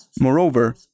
Moreover